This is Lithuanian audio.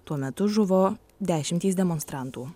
tuo metu žuvo dešimtys demonstrantų